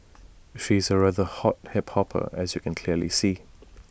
she's A rather hot hip hopper as you can clearly see